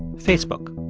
facebook.